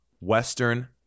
Western